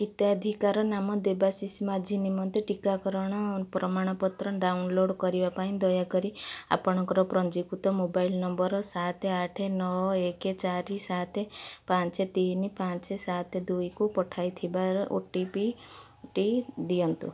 ହିତାଧିକାରୀ ନାମ ଦେବାଶିଷ ମାଝୀ ନିମନ୍ତେ ଟିକାକରଣର ପ୍ରମାଣପତ୍ର ଡାଉନଲୋଡ଼ କରିବା ପାଇଁ ଦୟାକରି ଆପଣଙ୍କର ପଞ୍ଜୀକୃତ ମୋବାଇଲ୍ ନମ୍ବର ସାତ ଆଠ ନଅ ଏକ ଚାରି ସାତ ପାଞ୍ଚ ତିନି ପାଞ୍ଚ ସାତ ଦୁଇକୁ ପଠାଯାଇଥିବା ଓ ଟି ପି ଟି ଦିଅନ୍ତୁ